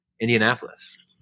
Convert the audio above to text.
Indianapolis